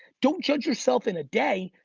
don't judge yourself in a day.